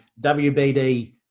WBD